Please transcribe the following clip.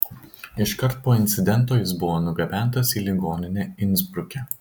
iškart po incidento jis buvo nugabentas į ligoninę insbruke